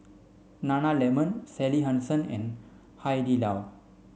Nana Lemon Sally Hansen and Hai Di Lao